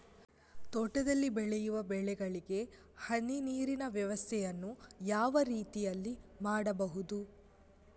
ತೋಟದಲ್ಲಿ ಬೆಳೆಯುವ ಬೆಳೆಗಳಿಗೆ ಹನಿ ನೀರಿನ ವ್ಯವಸ್ಥೆಯನ್ನು ಯಾವ ರೀತಿಯಲ್ಲಿ ಮಾಡ್ಬಹುದು?